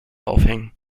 aufhängen